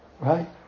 right